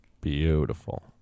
Beautiful